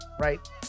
Right